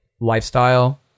lifestyle